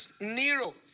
Nero